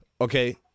okay